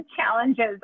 challenges